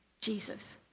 Jesus